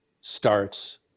starts